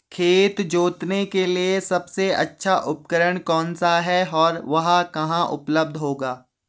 खेत जोतने के लिए सबसे अच्छा उपकरण कौन सा है और वह कहाँ उपलब्ध होगा?